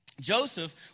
Joseph